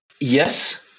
Yes